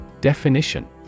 Definition